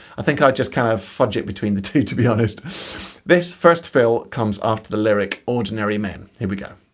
i think i just kind of fudge it between the two to be honest. lol this first fill comes after the lyric ordinary men. here we go.